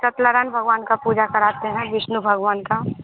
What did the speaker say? सत्यनारायन भगवान का पूजा कराते हैं विष्णु भगवान का